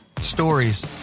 Stories